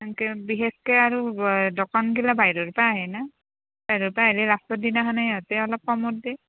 ইনকে বিশেষকৈ আৰু দোকান গিলা বাহিৰৰ পে আহে না বাহিৰৰ পে আহিলে লাষ্টৰ দিনাখন সিহঁতে অলপ কমত দেই